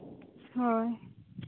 ᱦᱳᱭ